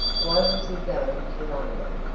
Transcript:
why was he going to london?